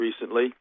recently